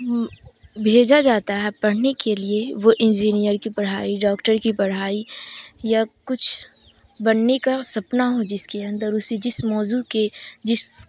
بھیجا جاتا ہے پڑھنے کے لیے وہ انجینئر کی پڑھائی ڈاکٹر کی پڑھائی یا کچھ بننے کا سپنا ہو جس کے اندر اسے جس موضوع کے جس